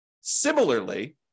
Similarly